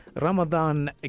Ramadan